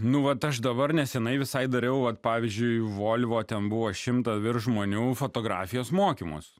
nu vat aš dabar nesenai visai dariau vat pavyzdžiui volvo ten buvo šimto virš žmonių fotografijos mokymus